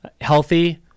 healthy